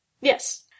Yes